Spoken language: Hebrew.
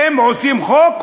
אם עושים חוק,